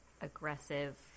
aggressive